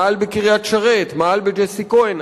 מאהל בקריית-שרת, מאהל בג'סי-כהן.